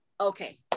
okay